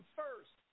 first